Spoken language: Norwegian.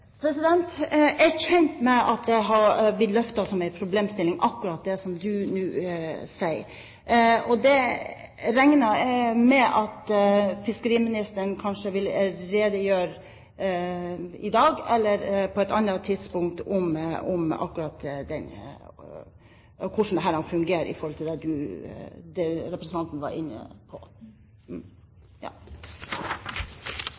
rederne? Jeg er kjent med at akkurat det som nå sies, har blitt løftet fram som en problemstilling. Jeg regner med at fiskeriministeren i dag eller på et annet tidspunkt vil redegjøre for det representanten var inne på,